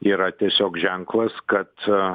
yra tiesiog ženklas kad